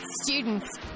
Students